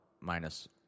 minus